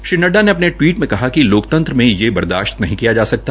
श्री नड्डा ने अपने टवीट में कहा कि लोकतंत्र में यह बर्दाशत नहीं किया जा सकता